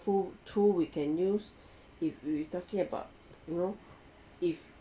tool we can use if we're talking about you know if